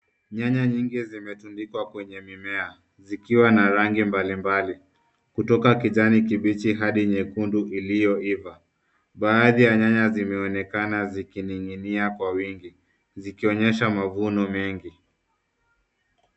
Nyanya nyingi zimetundikwa kwenye mimea zikiwa na rangi mbalimbali kutoka kijani kibichi hadi nyekundu ilioiva. Baadhi ya nyanya zinaonekana zikining'inia kwa wingi zikionyesha mavuno mengi.